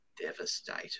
devastated